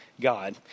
God